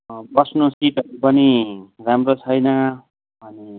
बस्नु सिटहरू पनि राम्रो छैन अनि